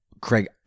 Craig